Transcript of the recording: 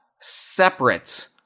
Separate